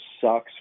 sucks